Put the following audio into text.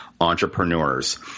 entrepreneurs